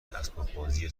اسباببازی